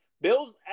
Bills